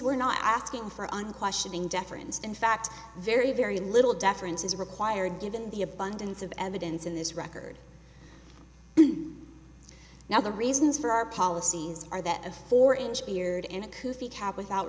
we're not asking for unquestioning deference in fact very very little deference is required given the abundance of evidence in this record now the reasons for our policies are that of four inch beard